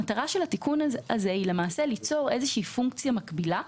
מטרת התיקון הזה היא ליצור איזושהי פונקציה מקבילה,